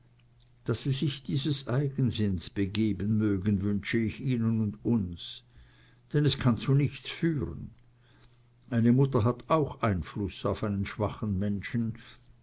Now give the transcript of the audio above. daß sie sich dieses eigensinns begeben mögen wünsche ich ihnen und uns denn es kann zu nichts führen eine mutter hat auch einfluß auf einen schwachen menschen